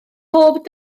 pob